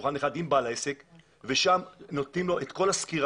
לשולחן אחד עם בעל העסק ושם נותנים לו את כל הסקירה,